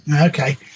okay